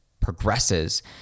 progresses